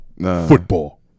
Football